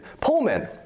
Pullman